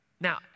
Now